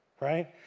right